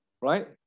right